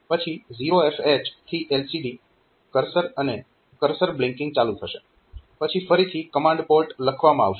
પછી 0FH થી LCD cursor અને કર્સર બ્લિંકિંગ ચાલુ થશે પછી ફરીથી કમાન્ડ પોર્ટ લખવામાં આવશે